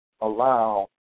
allow